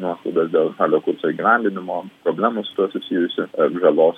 nuoskaudos dėl žalio kurso įgyvendinimo problemų su tuo susijusių ar žalos